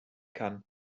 kann